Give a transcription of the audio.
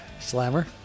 Slammer